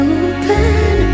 open